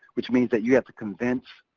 which means that you have to convince